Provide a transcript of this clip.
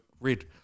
red